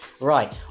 Right